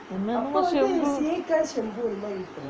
என்னென்னமோ:ennanamo shampoo